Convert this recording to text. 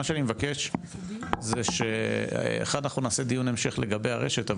מה שאני מבקש זה שאנחנו נעשה דיון המשך לגבי הרשת,